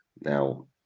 Now